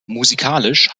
musikalisch